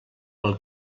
pel